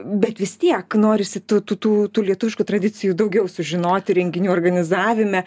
bet vis tiek norisi tų tų tų lietuviškų tradicijų daugiau sužinoti renginių organizavime